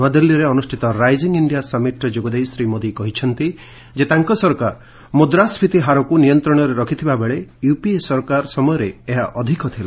ନୂଆଦିଲ୍ଲୀରେ ଅନୁଷ୍ଠିତ rising India ସମିଟ୍ରେ ଯୋଗଦେଇ ଶ୍ରୀ ମୋଦି କହିଛନ୍ତି ଯେ ତାଙ୍କ ସରକାର ମୁଦ୍ରାସ୍କୀତି ହାରକୁ ନିୟନ୍ତ୍ରଣରେ ରଖିଥିବାବେଳେ ୟୁପିଏ ସରକାର ସମୟରେ ଏହା ଅଧିକ ଥିଲା